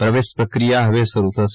પ્રવેશ પ્રક્રિયા હવે શરૂ થશે